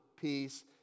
peace